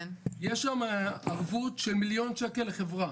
יש שם ערבות של מיליון שקל לחברה.